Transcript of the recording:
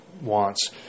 wants